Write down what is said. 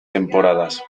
temporadas